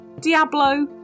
Diablo